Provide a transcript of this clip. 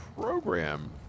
program